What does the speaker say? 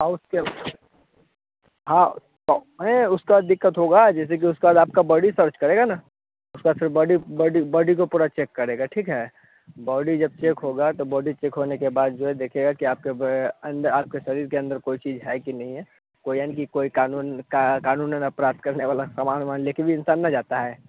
और उसके बाद हाँ अरे उसका दिक्कत होगा जैसे कि उसका आपका बॉडी सर्च करेगा ना उसका फ़िर बॉडी बॉडी को पूरा चेक करेगा ठीक है बॉडी जब चेक होगा तो बॉडी चेक होने के बाद जो है देखेगा कि आपके ब अंदर आपके शरीर के अंदर कोई चीज़ है कि नहीं है कोई यानी कि कोई कानून का कानूनन अपराध करने वाला सामान वामान लेकर इंसान ना जाता है